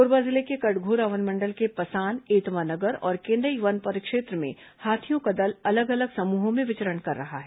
कोरबा जिले के कटघोरा वनमंडल के पसान एतमा नगर और केंदई वन परिक्षेत्र में हाथियों का दल अलग अलग समूहों में विचरण कर रहा है